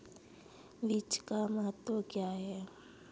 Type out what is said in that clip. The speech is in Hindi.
बीज का महत्व क्या है?